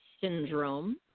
Syndrome